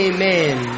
Amen